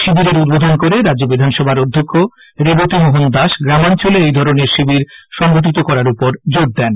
শিবিরের উদ্বোধন করে রাজ্য বিধানসভার অধ্যক্ষ রেবতী মোহন দাস গ্রামাঞ্চলে এই ধরনের শিবির সংগঠিত করার উপর জোর দেন